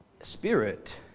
spirit